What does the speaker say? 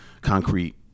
concrete